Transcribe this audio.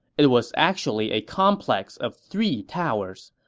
it was actually a complex of three towers.